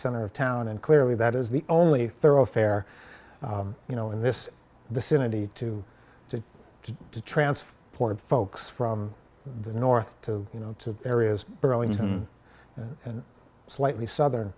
center of town and clearly that is the only thoroughfare you know in this vicinity to to to to transfer point folks from the north to you know to areas but only slightly southern